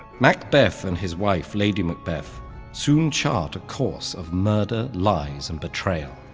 macbeth and his wife lady macbeth soon chart a course of murder, lies, and betrayal.